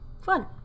Fun